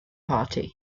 party